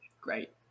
great